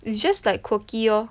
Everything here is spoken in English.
it's just like quirky orh